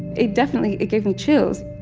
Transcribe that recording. it definitely it gave me chills